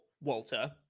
Walter